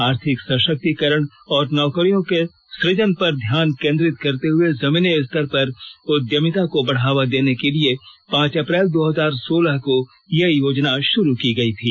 आर्थिक सशक्तिकरण और नौकरियों के सुजन पर ध्यान केन्द्रित करते हुए जमीनी स्तर पर उद्यमिता को बढ़ावा देने के लिए पांच अप्रैल दो हजार सोलह को यह योजना शुरू की गई थी